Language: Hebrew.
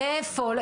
לאיפה.